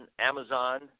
Amazon